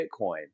Bitcoin